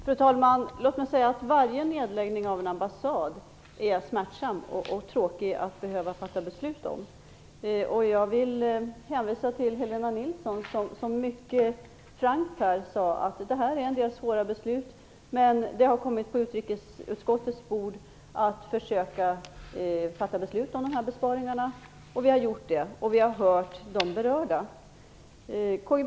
Fru talman! Låt mig säga att det när det gäller varje nedläggning av en ambassad är smärtsamt och tråkigt att behöva fatta beslutet. Jag vill hänvisa till Helena Nilsson, som här mycket frankt sade att det här är fråga om en del svåra beslut men att det har kommit på utrikesutskottets bord att försöka fatta beslut om dessa besparingar. Det har vi gjort, och vi har hört de berörda. K.-G.